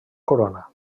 corona